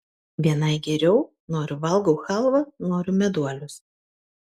vienai geriau noriu valgau chalvą noriu meduolius